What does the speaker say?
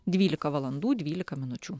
dvylika valandų dvylika minučių